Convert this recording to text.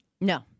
No